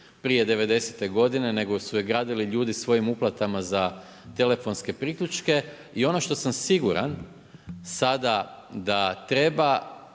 devedesete godine nego su je gradili ljudi svojim uplatama za telefonske priključke i ono što sam siguran sada da treba